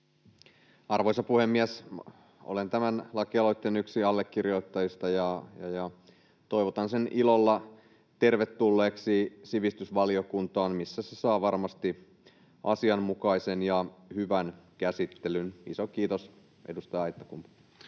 Arvoisa puhemies! Olen yksi tämän lakialoitteen allekirjoittajista ja toivotan sen ilolla tervetulleeksi sivistysvaliokuntaan, missä se saa varmasti asianmukaisen ja hyvän käsittelyn. Iso kiitos edustaja Aittakummulle.